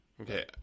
Okay